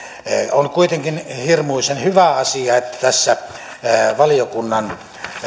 on kuitenkin hirmuisen hyvä asia että tässä valiokunnan